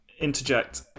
interject